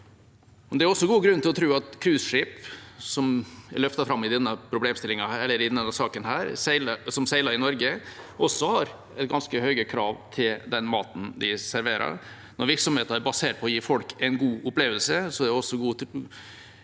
Det er også god grunn til å tro at cruiseskip, som er løftet fram i denne saken, og som seiler i Norge, også har ganske høye krav til den maten de serverer. Når virksomheten er basert på å gi folk en god opplevelse, er også god mat